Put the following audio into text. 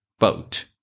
Boat